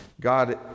God